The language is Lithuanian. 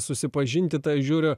susipažinti tai aš žiūriu